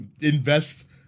invest